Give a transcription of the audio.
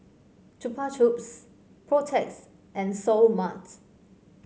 Chupa Chups Protex and Seoul Marts